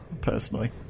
personally